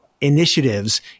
initiatives